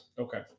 Okay